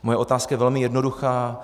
Moje otázka je velmi jednoduchá.